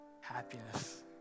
happiness